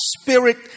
spirit